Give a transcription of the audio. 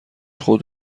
خود